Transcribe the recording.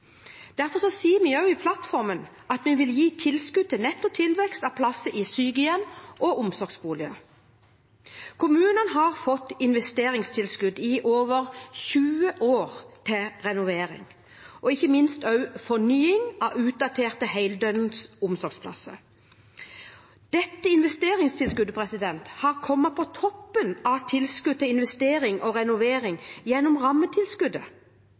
Derfor sier vi også i plattformen at vi vil gi tilskudd til netto tilvekst av plasser i sykehjem og omsorgsboliger. Kommunene har fått investeringstilskudd i over 20 år til renovering og ikke minst til fornying av utdaterte heldøgns omsorgsplasser. Dette investeringstilskuddet har kommet på toppen av tilskudd til investering og renovering gjennom rammetilskuddet.